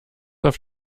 auf